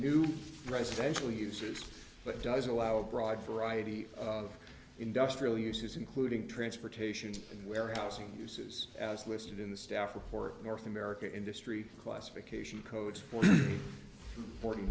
new residential uses but it does allow a broad variety of industrial uses including transportation and warehousing uses as listed in the staff report north america industry classification codes for